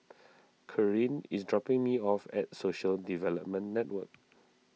Corrine is dropping me off at Social Development Network